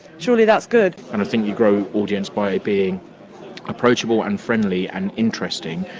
surely that's good. and i think you grow audience by being approachable and friendly and interesting,